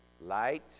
light